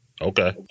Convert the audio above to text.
Okay